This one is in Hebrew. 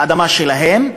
האדמה שלהם,